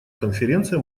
конференция